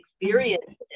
experiences